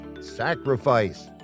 sacrifice